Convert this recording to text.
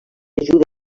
ajuda